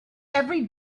every